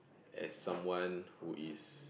and someone who is